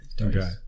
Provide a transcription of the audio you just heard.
okay